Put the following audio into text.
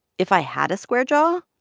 if i had a square jaw,